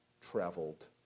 traveled